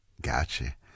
Gotcha